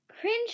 Cringe